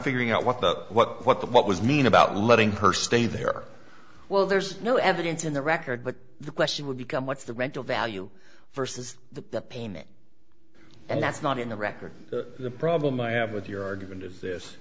figuring out what the what what the what was mean about letting her stay there well there's no evidence in the record but the question would become what's the rental value versus the payment and that's not in the record the problem i have with your argument is this